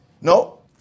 No